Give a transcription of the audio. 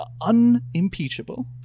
unimpeachable